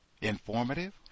informative